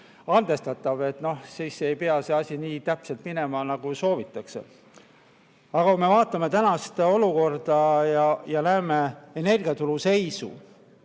andestatav, et siis ei pea see asi täpselt nii minema, nagu soovitakse. Aga kui me vaatame tänast olukorda ja näeme energiaturu seisu,